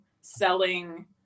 selling